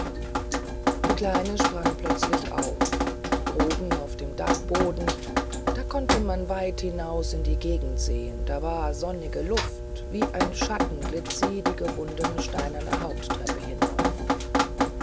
die kleine sprang plötzlich auf droben auf dem dachboden da konnte man weit hinaus in die gegend sehen da war sonnige luft wie ein schatten glitt sie die gewundene steinerne haupttreppe hinauf